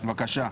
בבקשה.